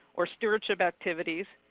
or stewardship activities,